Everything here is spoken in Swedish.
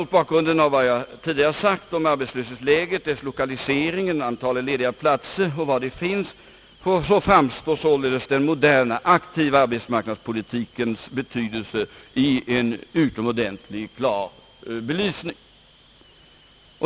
Mot bakgrunden av vad jag tidigare har sagt om arbetslöshetsläget, lokaliseringen samt antalet lediga platser och var de finns framstår den moderna aktiva arbetsmarknadspolitikens betydelse i en utomordentligt klar belysning.